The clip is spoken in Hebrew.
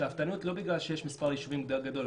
שאפתנות לא בגלל שיש מספר יישובים גדול,